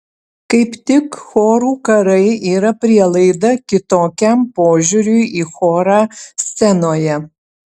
kaip tik chorų karai yra prielaida kitokiam požiūriui į chorą scenoje